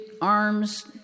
arms